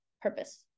purpose